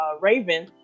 Raven